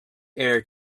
air